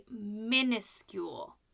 minuscule